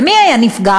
ומי היה נפגע?